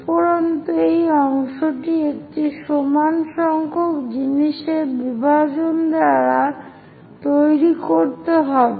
উপরন্তু এই অংশটি একটি সমান সংখ্যক জিনিসের বিভাজন দ্বারা তৈরি করতে হবে